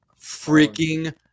freaking